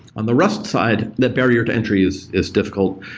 on the rust side, that barrier to entry is is difficult,